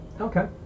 Okay